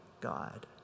God